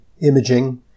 imaging